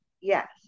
yes